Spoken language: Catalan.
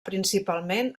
principalment